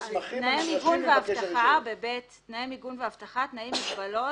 תנאי מיגון ואבטחה, מגבלות,